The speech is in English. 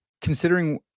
considering